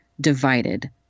divided